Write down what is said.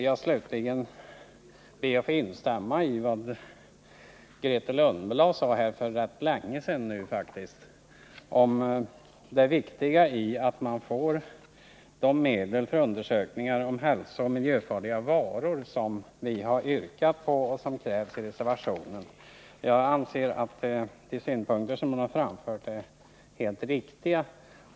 | Jag vill vidare instämma i det som Grethe Lundblad för en rätt lång stund | sedan sade om vikten av att riksdagen anslår medel för undersökningar om hälsooch miljöfarliga varor, i enlighet med vad vi har yrkat på och även i enlighet med vad som krävs i reservation 8. Jag anser att de synpunkter som | Grethe Lundblad framförde är helt riktiga.